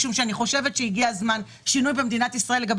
משום שאני חושבת שהגיע הזמן לשינוי במדינת ישראל לגבי